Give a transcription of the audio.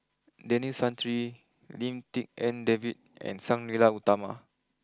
Denis Santry Lim Tik En David and Sang Nila Utama